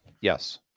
Yes